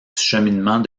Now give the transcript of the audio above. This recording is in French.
cheminement